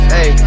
Hey